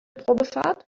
probefahrt